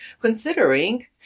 considering